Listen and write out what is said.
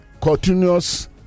continuous